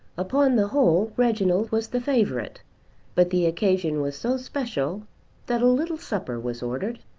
upon the whole reginald was the favourite. but the occasion was so special that a little supper was ordered,